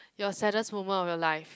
your saddest moment of your life